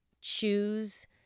choose